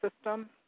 system